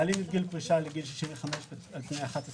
מעלים את גיל הפרישה לגיל 65 על פני 11 שנים.